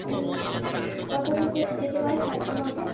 ও কত জনকে যেতে পারে ছাত্র মধ্যে